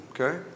Okay